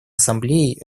ассамблеей